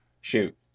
Shoot